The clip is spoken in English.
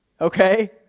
Okay